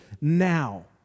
now